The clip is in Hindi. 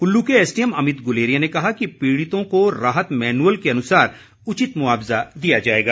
कुल्लू के एसडीएम अमित गुलेरिया ने कहा कि पीड़ितों को राहत मैनुअल के अनुसार उचित मुआवजा दिया जाएगा